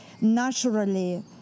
naturally